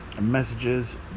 messages